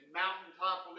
mountaintop